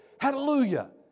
Hallelujah